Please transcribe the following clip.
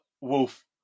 Wolf